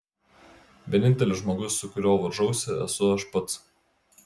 vienintelis žmogus su kuriuo varžausi esu aš pats